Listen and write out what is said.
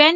N